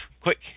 quick